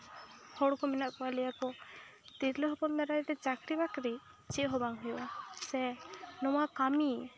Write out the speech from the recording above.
ᱦᱚᱲᱠᱚ ᱢᱮᱱᱟᱜ ᱠᱚᱣᱟ ᱞᱟᱹᱭᱟᱠᱚ ᱛᱤᱨᱞᱟᱹ ᱦᱚᱯᱚᱱ ᱫᱟᱨᱟᱭᱛᱮ ᱪᱟᱹᱠᱨᱤ ᱵᱟᱹᱠᱨᱤ ᱪᱮᱫ ᱦᱚᱸ ᱵᱟᱝ ᱦᱩᱭᱩᱜᱼᱟ ᱥᱮ ᱱᱚᱣᱟ ᱠᱟᱹᱢᱤ